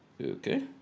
Okay